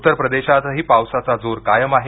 उत्तर प्रदेशातही पावसाचा जोर कायम आहे